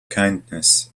kindness